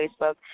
Facebook